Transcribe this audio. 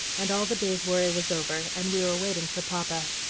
and all the day's worry was over, and we were waiting for papa.